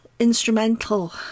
Instrumental